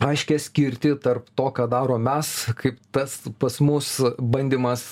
aiškią skirtį tarp to ką darom mes kaip tas pas mus bandymas